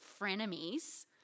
frenemies